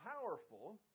powerful